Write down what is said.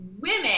women